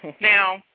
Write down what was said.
Now